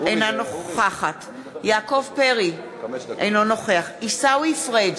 אינה נוכחת יעקב פרי, אינו נוכח עיסאווי פריג'